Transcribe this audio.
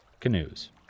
Canoes